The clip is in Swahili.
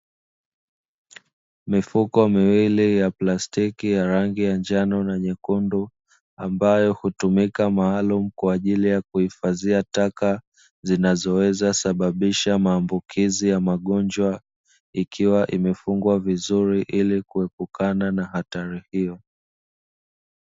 Mifuko miwili ya plastiki ya rangi ya njano na nyekundu, ambayo hutumika maalumu kwa ajili ya kuhifadhia taka; zinazoweza sababisha maambukizi ya magonjwa, ikiwa imefungwa vizuri ili kuepukana na hatari hiyo.